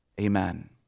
Amen